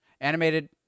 animated